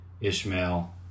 Ishmael